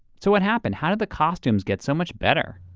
so what happened? how the costumes get so much better?